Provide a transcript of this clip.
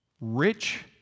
rich